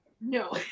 No